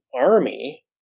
army